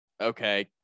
okay